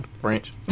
French